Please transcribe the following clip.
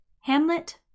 Hamlet